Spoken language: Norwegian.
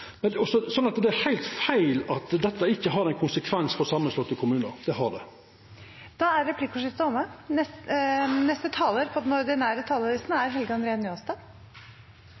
Det er heilt feil at dette ikkje har nokon konsekvens for kommunar som er slegne saman, for det har det. Replikkordskiftet er